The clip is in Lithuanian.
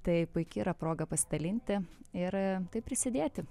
tai puiki yra proga pasidalinti ir taip prisidėti